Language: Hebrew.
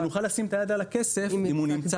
כדי שנוכל לשים אתה יד על הכסף אם הוא נמצא